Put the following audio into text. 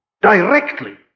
Directly